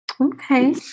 okay